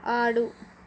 ఆడు